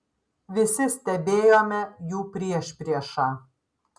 visi stebėjome jų priešpriešą